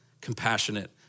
compassionate